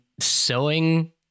sewing